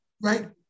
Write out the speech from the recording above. right